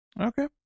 Okay